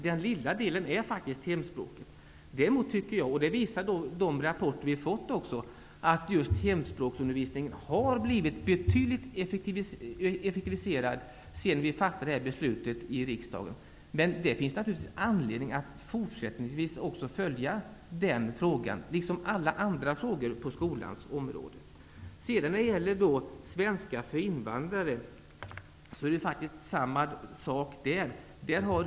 Den mindre delen av kostnaderna utgörs av hemspråksundervisningen. De rapporter som vi har fått visar att hemspråksundervisningen har blivit betydligt effektivare sedan beslutet fattades i riksdagen. Men det finns naturligtvis anledning att även i fortsättningen följa upp den frågan liksom alla andra frågor på skolans område. Samma sak gäller för undervisningen i svenska för invandrare.